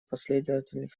последовательных